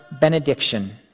benediction